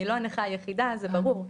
אני לא הנכה היחידה, זה ברור.